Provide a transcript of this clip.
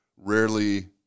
rarely